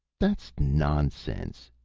that's nonsense,